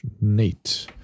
Nate